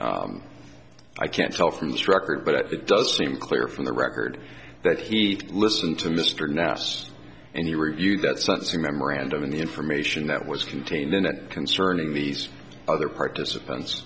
it i can't tell from this record but it does seem clear from the record that he listened to mr nass and he reviewed that sentencing memorandum and the information that was contained in it concerning these other participants